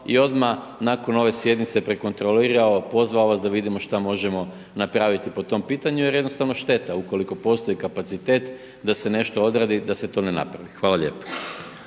i odmah nakon ove sjednice, prekontrolirao, pozvao vas, da vidimo što možemo napraviti po tom pitanju, jer jednostavno je šteta. Ukoliko postoji kapacitet da se nešto odradi, da se to ne napravi. Hvala lijepo.